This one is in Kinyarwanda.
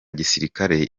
gisirikare